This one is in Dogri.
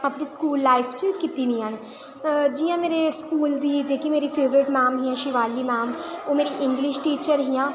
अपनी स्कूल लाईफ च कीती दियां न जि'यां मेरे स्कूल दी जेह्की मेरियां फेवरेट मैम हियां शिवाली मैम ओह् मेरियां इंग्लिश टीचर हियां